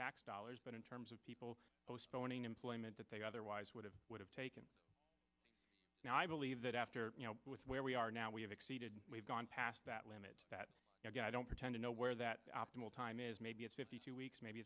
tax dollars but in terms of people postponing employment that they otherwise would have would have taken now i believe that after you know with where we are now we have exceeded we've gone past that limit that i don't pretend to know where that optimal time is maybe it's fifty two weeks maybe